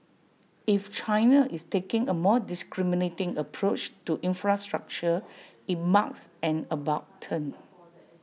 if China is taking A more discriminating approach to infrastructure IT marks an about turn